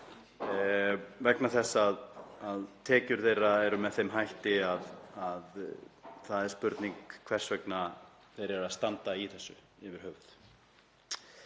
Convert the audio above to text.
vegna þess að tekjur þeirra eru með þeim hætti að það er spurning hvers vegna þeir eru að standa í þessu yfir höfuð.